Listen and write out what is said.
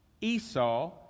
Esau